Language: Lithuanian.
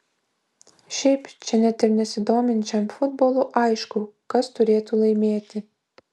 šiaip čia net ir nesidominčiam futbolu aišku kas turėtų laimėti